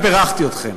בירכתי אתכם.